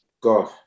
God